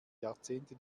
jahrzehnte